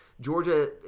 Georgia